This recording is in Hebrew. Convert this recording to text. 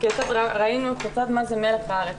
ראינו מה זה מלח הארץ,